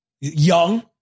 young